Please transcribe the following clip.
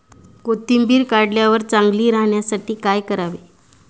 कोथिंबीर काढल्यावर चांगली राहण्यासाठी काय करावे?